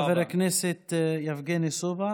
תודה, חבר הכנסת יבגני סובה.